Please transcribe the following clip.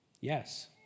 Yes